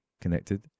connected